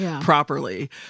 properly